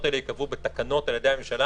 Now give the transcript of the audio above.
האלה ייקבעו בתקנות על ידי הממשלה,